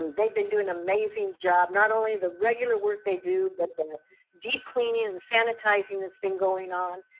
and they've been doing an amazing job, not only the regular work they do, but the deep cleaning and the sanitizing that's been going on.